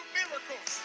miracles